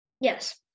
Yes